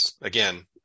again